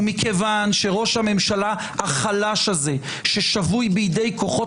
ומכיוון שראש הממשלה החלש הזה ששבוי בידי כוחות